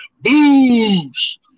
Booze